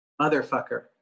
Motherfucker